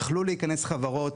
יכלו להיכנס חברות,